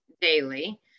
daily